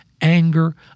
anger